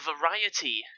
variety